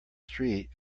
street